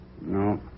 No